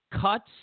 cuts